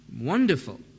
wonderful